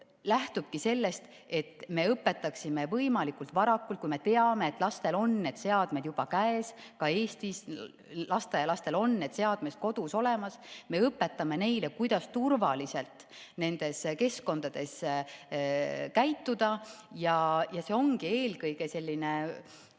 lähtubki sellest, et me õpetaksime võimalikult varakult – kui me teame, et lastel on need seadmed juba käes, ka Eesti lasteaialastel on need seadmed kodus olemas –, kuidas turvaliselt nendes keskkondades käituda ja see ongi eelkõige positiivsete